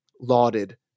lauded